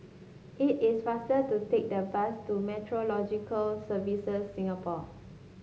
it is faster to take the bus to Meteorological Services Singapore